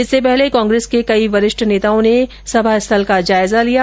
इससे पहले कांग्रेस के कई वरिष्ठ नेताओं ने कल सभा स्थल का जायजा लिया